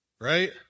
right